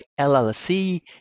LLC